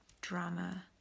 drama